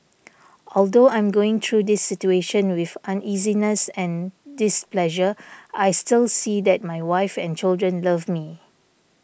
although I'm going through this situation with uneasiness and displeasure I still see that my wife and children love me